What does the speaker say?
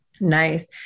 Nice